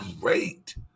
great